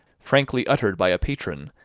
frankly uttered by a patron,